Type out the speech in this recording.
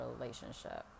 relationship